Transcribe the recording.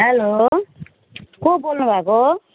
hello को बोल्नु भएको